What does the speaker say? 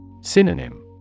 Synonym